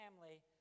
family